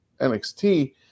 NXT